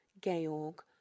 Georg